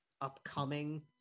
upcoming